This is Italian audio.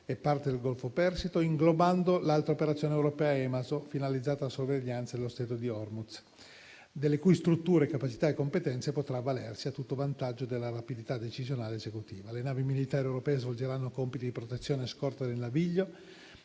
parte del Golfo Persico, inglobando l'altra operazione europea Emasoh, finalizzata alla sorveglianza dello Stato di Hormuz, delle cui strutture, capacità e competenze potrà avvalersi, a tutto vantaggio della rapidità decisionale ed esecutiva. Le navi militari europee svolgeranno compiti di protezione e scorta del naviglio